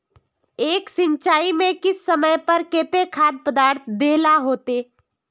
एक सिंचाई में किस समय पर केते खाद पदार्थ दे ला होते?